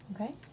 Okay